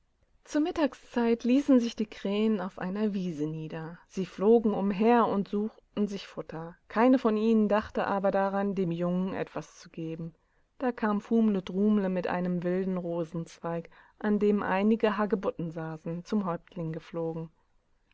zur mittagszeit ließen sich die krähen auf einer wiese nieder sie flogen umherundsuchtensichfutter keinevonihnendachteaberdaran demjungen etwas zu geben da kam fumle drumle mit einem wilden rosenzweig an dem einige hagebutten saßen zum häuptling geflogen